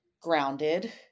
grounded